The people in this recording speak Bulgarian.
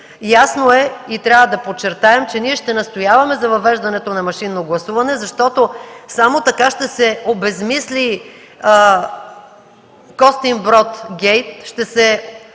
Ясно е и трябва да подчертаем, че ние ще настояваме за въвеждането на машинно гласуване, защото само така ще се обезсмисли Костинбродгейт, ще се